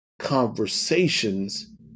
conversations